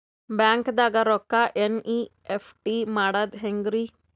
ಬ್ಯಾಂಕ್ದಾಗ ರೊಕ್ಕ ಎನ್.ಇ.ಎಫ್.ಟಿ ಮಾಡದ ಹೆಂಗ್ರಿ?